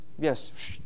Yes